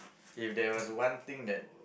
if there was one thing that